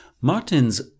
Martin's